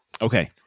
Okay